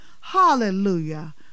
hallelujah